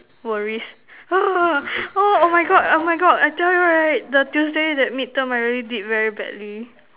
worries oh oh my God oh my God I tell you right the Tuesday that mid term I really did very badly